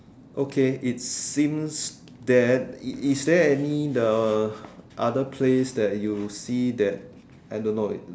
okay it's seems that is is there any the other place that you see that I don't know it